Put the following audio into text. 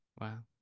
Wow